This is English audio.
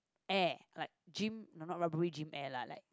air like gym not rubbery gym air lah like